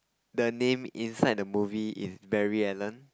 the name inside the movie is Barry-Allen